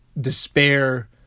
despair